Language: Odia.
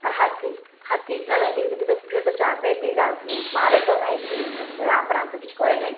ଆର୍ ହାତୀ ହାତୀ କାଣା କି ଯଦି କେତେ ଯଦି ଚାପ୍ବେ ଇରା ମାରେ ତ ନାହିଁ କି ରାମ୍ପା ରାମ୍ପି କିଛି କରେ ନାହିଁ